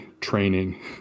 training